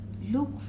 Look